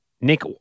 Nick